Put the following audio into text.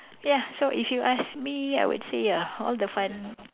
ya so if you ask me I would say ya all the fun